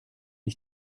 ich